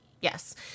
Yes